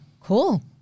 Cool